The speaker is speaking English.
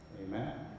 Amen